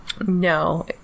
no